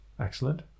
excellent